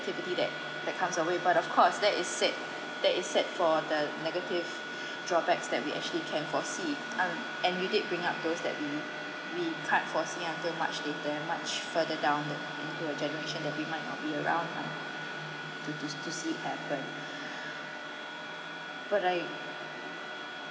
negativity that that comes away but of course that is set that is set for the negative drawbacks that we actually can foresee and and we did bring up those that we we can't foresee until much later much further down the into a generation that we might not be around lah to to to see happen but I